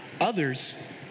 Others